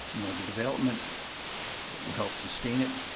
you know, the development will help sustain it.